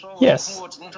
Yes